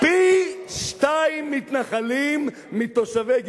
פי-שניים מתנחלים מתושבי,